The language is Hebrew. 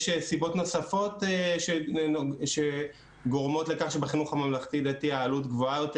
יש סיבות נוספות שגורמות לכך שבחינוך הממלכתי-דתי העלות גבוהה יותר,